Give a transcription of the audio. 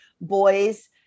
boys